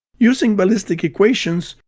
using ballistic equations,